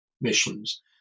missions